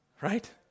right